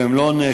והם לא נאשמים.